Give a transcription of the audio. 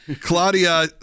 Claudia